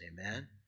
amen